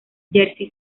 jersey